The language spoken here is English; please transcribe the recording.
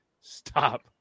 stop